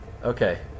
Okay